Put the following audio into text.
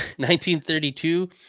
1932